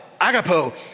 Agapo